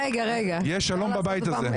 יש שלום בבית הזה.